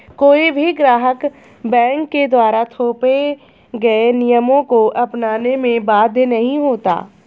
कोई भी ग्राहक बैंक के द्वारा थोपे गये नियमों को अपनाने में बाध्य नहीं होता